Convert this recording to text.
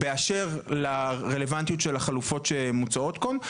באשר לרלוונטיות של החלופות שמוצעות פה.